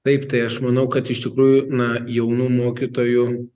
taip tai aš manau kad iš tikrųjų na jaunų mokytojų